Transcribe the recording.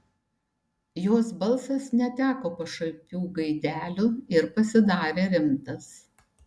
jos balsas neteko pašaipių gaidelių ir pasidarė rimtas